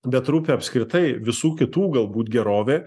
bet rūpi apskritai visų kitų galbūt gerovė